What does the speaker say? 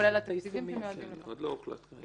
כולל התקציבים שמיועדים לכך.